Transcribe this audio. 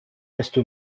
reste